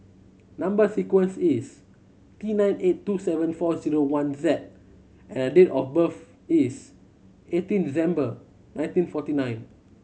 number sequence is T nine eight two seven four zero one Z and date of birth is eighteen December nineteen forty nine